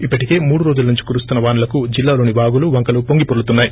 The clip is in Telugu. ఇప్పటికే మూడు రోజుల నుంచి కురుస్తున్న వానలకు జిల్లాలోని వాగులు వంకలు పొంగిపోర్లుతున్నాయి